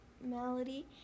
melody